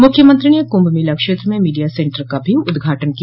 मुख्यमंत्री ने कुंभ मेला क्षेत्र में मीडिया सेन्टर का भी उद्घाटन किया